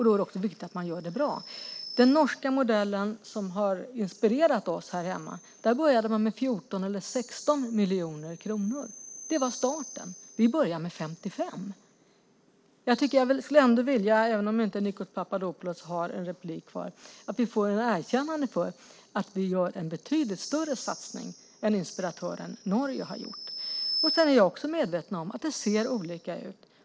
Då är det också viktigt att man gör det bra. I den norska modellen, som har inspirerat oss, började man med 14 eller 16 miljoner kronor. Det var starten. Vi börjar med 55 miljoner. Även om Nikos Papadopoulos inte har något ytterligare inlägg kvar skulle jag ändå vilja att vi får ett erkännande för att vi gör en betydligt större satsning än inspiratören Norge har gjort. Jag är också medveten om att det ser olika ut.